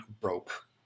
broke